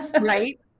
right